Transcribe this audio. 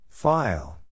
File